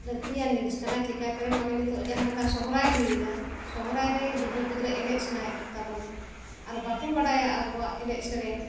ᱞᱟᱹᱠᱛᱤᱭᱟᱱ ᱡᱤᱱᱤᱥ ᱠᱟᱱᱟ ᱪᱤᱠᱟᱹᱛᱮ ᱢᱟᱱᱮ ᱱᱤᱛᱳᱜ ᱡᱟᱦᱟᱸ ᱞᱮᱠᱟ ᱥᱚᱦᱨᱟᱭ ᱦᱩᱭᱮᱱᱟ ᱥᱚᱦᱨᱟᱭ ᱨᱮ ᱜᱤᱫᱽᱨᱟᱹ ᱯᱤᱫᱽᱨᱟᱹ ᱮᱱᱮᱡ ᱥᱟᱱᱟᱭᱮᱫ ᱠᱚᱛᱟ ᱵᱚᱱᱟ ᱟᱨ ᱵᱟᱠᱚ ᱵᱟᱰᱟᱭᱟ ᱟᱵᱚᱣᱟᱜ ᱮᱱᱮᱡ ᱥᱮᱨᱮᱧ